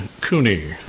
Cooney